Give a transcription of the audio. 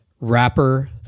rapper